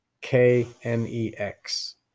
k-n-e-x